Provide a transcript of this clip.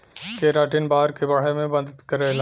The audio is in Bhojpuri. केराटिन बार के बढ़े में मदद करेला